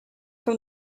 from